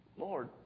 Lord